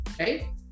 okay